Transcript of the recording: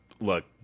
Look